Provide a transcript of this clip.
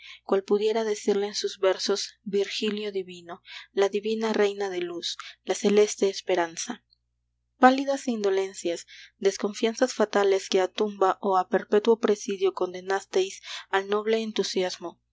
cual pudiera decirla en sus versos virgilio divino la divina reina de luz la celeste esperanza pálidas indolencias desconfianzas fatales que a tumba o a perpetuo presidio condenasteis al noble entusiasmo